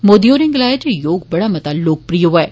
मोदी होरें गलाया जे योग बड़ा मता लोकप्रिय होआ ऐ